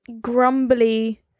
grumbly